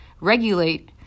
regulate